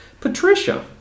Patricia